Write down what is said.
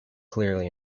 clearly